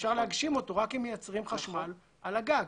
שאפשר להגשים אותו רק אם מייצרים חשמל על הגג.